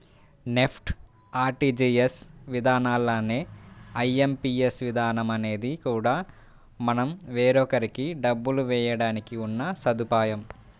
NEFT, RTGS విధానాల్లానే IMPS విధానం అనేది కూడా మనం వేరొకరికి డబ్బులు వేయడానికి ఉన్న సదుపాయం